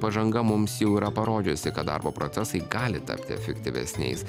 pažanga mums jau yra parodžiusi kad darbo procesai gali tapti efektyvesniais